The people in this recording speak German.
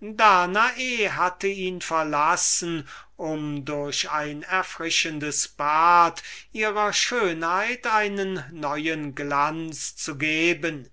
danae hatte ihn verlassen um durch ein erfrischendes bad ihrer schönheit einen neuen glanz zu geben